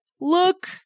look